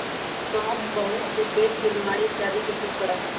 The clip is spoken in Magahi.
सौंफ बहुत से पेट के बीमारी इत्यादि के ठीक करा हई